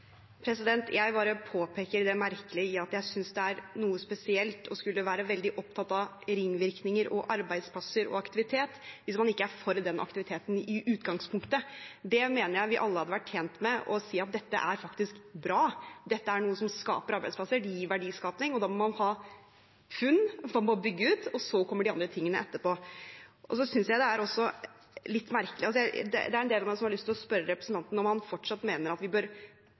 Jeg bare påpeker det merkelige i og synes det er noe spesielt å skulle være veldig opptatt av ringvirkninger og arbeidsplasser og aktivitet hvis man ikke er for den aktiviteten i utgangspunktet. Jeg mener vi alle hadde vært tjent med å si at dette er faktisk bra, dette er noe som skaper arbeidsplasser, det gir verdiskaping – da må man ha funn, så må man bygge ut, og så kommer de andre tingene etterpå. Så synes jeg også det er litt merkelig: Det er en del av meg som har lyst til å spørre representanten om han fortsatt mener at vi bør